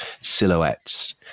silhouettes